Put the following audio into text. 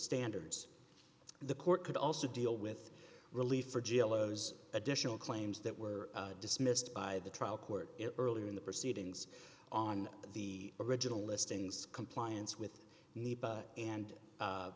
standards the court could also deal with relief for jailers additional claims that were dismissed by the trial court earlier in the proceedings on the original listings compliance with